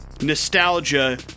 nostalgia